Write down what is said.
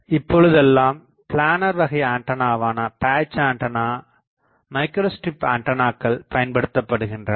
இப்பொழுதெல்லாம் பிளானர் வகை ஆண்டனாவான பேட்ச் ஆண்டனா மைக்ரோஸ்ட்ரிப் ஆண்டனாக்கள் பயன்படுத்தப்படுகின்றன